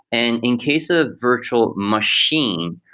and in case of virtual machine,